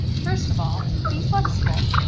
first of all, be flexible!